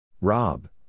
Rob